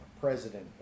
president